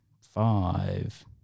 five